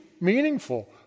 meaningful